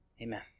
Amen